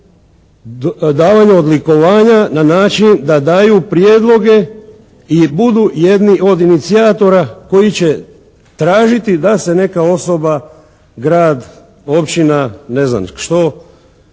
u davanju odlikovanja na način da daju prijedloge i budu jedni od inicijatora koji će tražiti da se neka osoba, grad, općina, ne znam što